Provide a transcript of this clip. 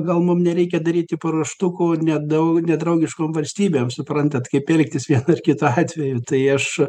gal mum nereikia daryti paruoštukų nedau nedraugiškom valstybėm suprantat kaip elgtis vienu kitu atveju tai aš